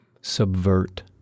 subvert